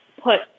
put